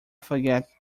forget